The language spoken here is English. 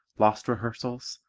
lost rehearsals,